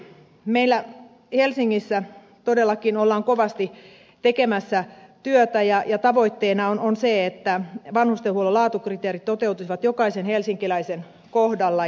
meillä helsingissä todellakin ollaan kovasti tekemässä työtä ja tavoitteena on se että vanhustenhuollon laatukriteerit toteutuisivat jokaisen helsinkiläisen kohdalla